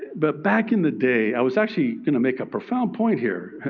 but back in the day, i was actually going to make a profound point here.